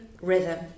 rhythm